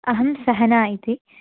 अहं सहना इति